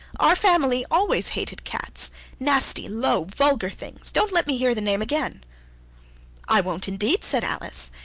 our family always hated cats nasty, low, vulgar things! don't let me hear the name again i won't indeed said alice,